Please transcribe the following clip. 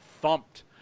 thumped